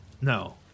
No